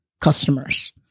customers